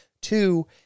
Two